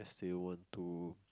still want to